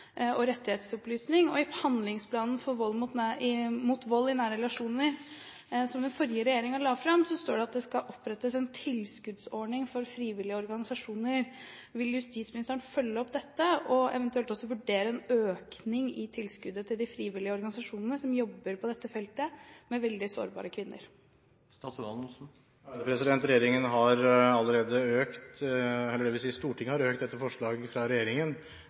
og rettighetsopplysning. I Handlingsplan mot vold i nære relasjoner, som den forrige regjeringen la fram, står det at det skal opprettes en tilskuddsordning for frivillige organisasjoner. Vil justisministeren følge opp dette, og eventuelt også vurdere en økning i tilskuddet til de frivillige organisasjonene som jobber på dette feltet med veldig sårbare kvinner? Stortinget har allerede økt tilskuddsordningene på justisfeltet, etter forslag fra regjeringen,